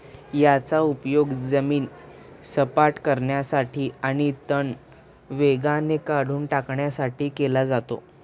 याचा उपयोग जमीन सपाट करण्यासाठी आणि तण वेगाने काढून टाकण्यासाठी केला जातो